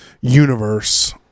universe